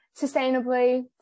sustainably